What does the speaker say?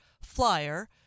flyer